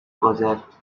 project